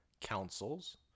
councils